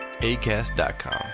ACAST.com